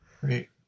great